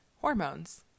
hormones